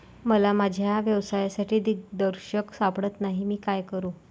मला माझ्या व्यवसायासाठी दिग्दर्शक सापडत नाही मी काय करू?